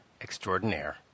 extraordinaire